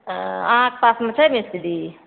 तऽ अहाँके पासमे छै मिस्त्री